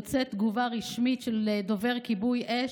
יוצאת תגובה רשמית של דובר כיבוי אש: